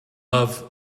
love